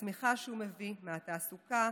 מהצמיחה שהוא מביא, מהתעסוקה,